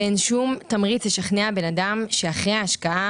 ואין שום תמריץ לשכנע בן אדם שאחרי ההשקעה